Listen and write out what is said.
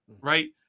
right